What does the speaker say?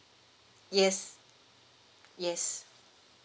yes yes